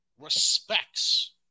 respects